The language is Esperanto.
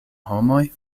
homoj